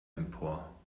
empor